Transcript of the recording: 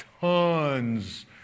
tons